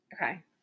Okay